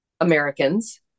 Americans